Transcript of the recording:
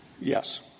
Yes